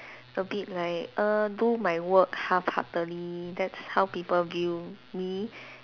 a bit like err do my work half-heartedly that's how people view me